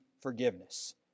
forgiveness